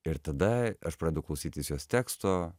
ir tada aš pradedu klausytis jos teksto